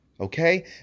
Okay